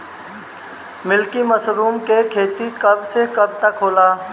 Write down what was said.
Milky mushroom के खेती कब से कब तक होला?